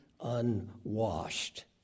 unwashed